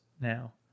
now